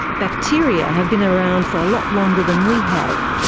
bacteria have been around for a lot longer than we have.